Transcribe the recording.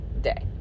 day